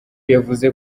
yavuze